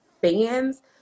fans